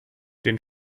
den